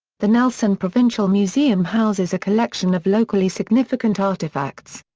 the nelson provincial museum houses a collection of locally significant artefacts.